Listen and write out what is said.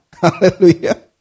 Hallelujah